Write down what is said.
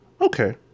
Okay